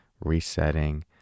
resetting